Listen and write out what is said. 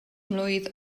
mlwydd